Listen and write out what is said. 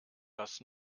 das